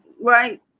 right